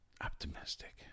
optimistic